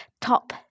top